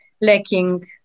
lacking